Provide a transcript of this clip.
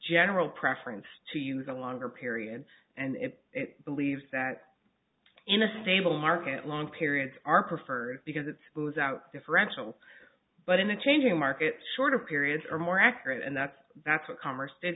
general preference to use a longer period and it believes that in a stable market long periods are preferred because it's who's out differential but in the changing market shorter periods are more accurate and that's that's what co